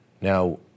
Now